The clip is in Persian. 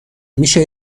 میشه